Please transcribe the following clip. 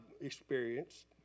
experienced